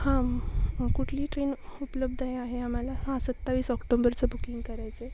हां कुठली ट्रेन उपलब्ध आहे आम्हाला हां सत्तावीस ऑक्टोंबरचं बुकिंग करायचं आहे